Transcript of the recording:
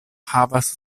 havas